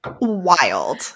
wild